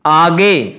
आगे